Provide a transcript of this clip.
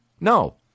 No